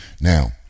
Now